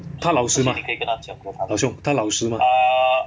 他老实吗老兄他老实吗